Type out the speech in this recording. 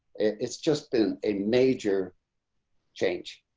it's just been a major change.